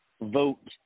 vote